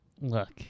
look